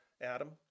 Adam